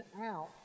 out